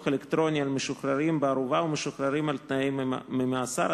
אלקטרוני על משוחררים בערובה ומשוחררים על-תנאי ממאסר),